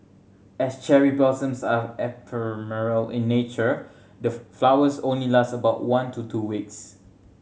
as cherry blossoms are ephemeral in nature the flowers only last about one to two weeks